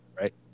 Right